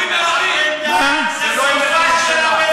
הרב בן-דהן,